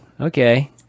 Okay